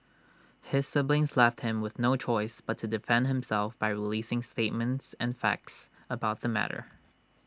his siblings left him with no choice but to defend himself by releasing statements and facts about the matter